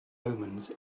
omens